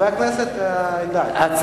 חבר הכנסת אלדד, עוד חבילות.